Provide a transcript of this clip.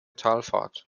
talfahrt